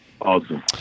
awesome